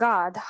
God